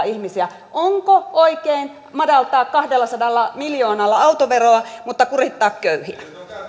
ihmisiä onko oikein madaltaa kahdellasadalla miljoonalla autoveroa mutta kurittaa köyhiä